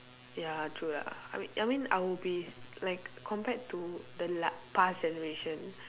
ya true lah I mean I mean I would be like compared to the la~ past generation